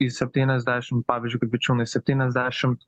į septyniasdešim pavyzdžiui kaip vičiūnai septyniasdešimt